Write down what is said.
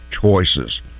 choices